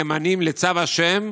נאמנים לצו ה'